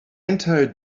entire